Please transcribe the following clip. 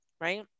right